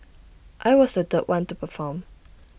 I was the third one to perform